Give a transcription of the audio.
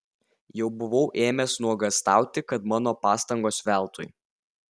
jau buvau ėmęs nuogąstauti kad mano pastangos veltui